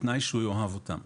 בתנאי שהוא יאהב אותם..".